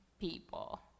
people